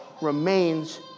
remains